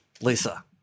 Lisa